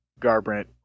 Garbrandt